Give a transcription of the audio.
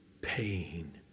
pain